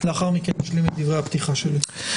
לאחר מכן אשלים את דברי הפתיחה שלי.